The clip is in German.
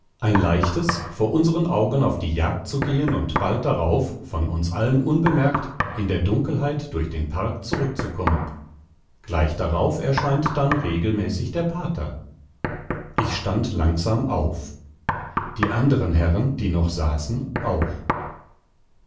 ein leichtes vor unseren augen auf die jagd zu gehen und bald darauf von uns allen unbemerkt in der dunkelheit durch den park zurückzukommen gleich darauf erscheint dann regelmäßig der pater ich stand langsam auf die anderen herren die noch saßen auch